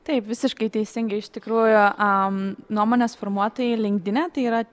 taip visiškai teisingai iš tikrųjų nuomonės formuotojai linkdine tai yra